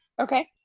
Okay